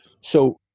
So-